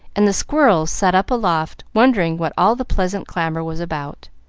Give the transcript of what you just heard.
and the squirrels sat up aloft, wondering what all the pleasant clamor was about.